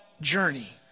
journey